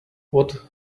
what